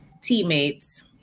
teammates